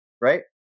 right